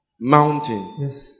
mountain